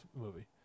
movie